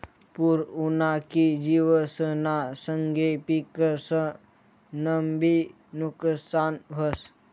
पूर उना की जिवसना संगे पिकंसनंबी नुकसान व्हस